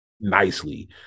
nicely